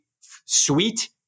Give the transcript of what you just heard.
sweet